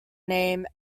name